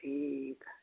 ਠੀਕ ਆ